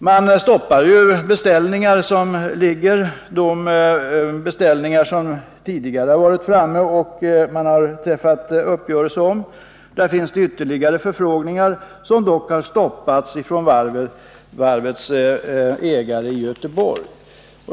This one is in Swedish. Man stoppar ju beställningar som det tidigare har träffats uppgörelse om. Det föreligger ytterligare förfrågningar som dock har stoppats av varvets ägare i Göteborg.